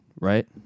right